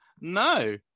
No